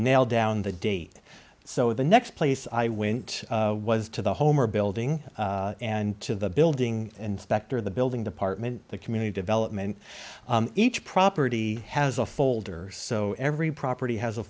nail down the date so the next place i went was to the home or building and to the building inspector of the building department the community development each property has a folder so every property has a